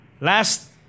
Last